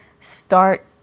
start